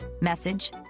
message